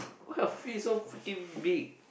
why your feet so freaking big